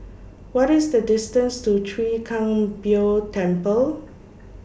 What IS The distance to Chwee Kang Beo Temple